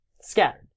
scattered